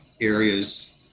areas